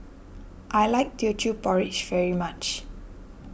I like Teochew Porridge very much